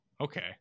Okay